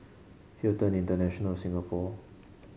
Hilton International Singapore